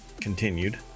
continued